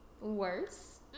worse